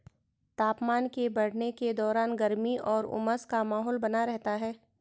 तापमान के बढ़ने के दौरान गर्मी और उमस का माहौल बना रहता है